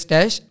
Dash